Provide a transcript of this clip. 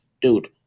dude